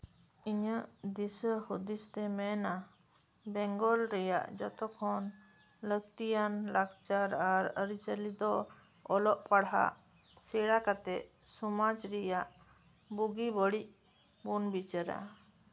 ᱤᱧᱟᱹᱜ ᱫᱤᱥᱟᱹ ᱦᱩᱫᱤᱥ ᱛᱮ ᱢᱮᱱᱟ ᱵᱮᱝᱜᱚᱞ ᱨᱮᱭᱟᱜ ᱡᱚᱛᱚ ᱠᱷᱚᱱ ᱞᱟᱹᱠᱛᱤᱭᱟᱱ ᱞᱟᱠᱪᱟᱨ ᱟᱨ ᱟᱹᱨᱤᱪᱟᱞᱤ ᱫᱚ ᱚᱞᱚᱜ ᱯᱟᱲᱦᱟᱜ ᱥᱮᱬᱟ ᱠᱟᱛᱮ ᱥᱚᱢᱟᱡ ᱨᱮᱭᱟᱜ ᱵᱩᱜᱤ ᱵᱟᱲᱤᱡ ᱵᱚᱱ ᱵᱤᱪᱟᱹᱨᱟ